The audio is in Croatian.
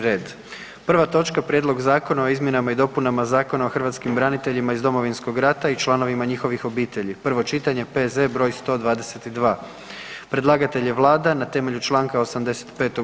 Prva točka: - Prijedlog zakona o izmjenama i dopunama Zakona o hrvatskim braniteljima iz Domovinskog rata i članovima njihovih obitelji, prvo čitanje, P.Z. br. 122; Predlagatelj je Vlada RH na temelju čl. 85.